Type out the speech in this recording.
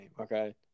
okay